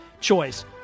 choice